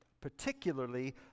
particularly